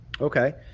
Okay